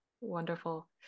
Wonderful